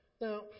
Now